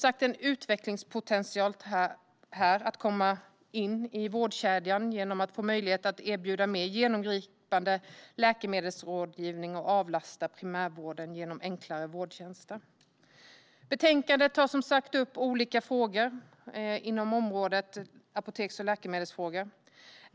Det finns en utvecklingspotential här när det gäller att komma in i vårdkedjan genom att få möjlighet att erbjuda mer genomgripande läkemedelsrådgivning och avlasta primärvården genom enklare vårdtjänster. Betänkandet tar som sagt upp olika frågor inom området apoteks och läkemedelsfrågor.